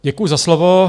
Děkuji za slovo.